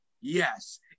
Yes